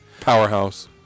Powerhouse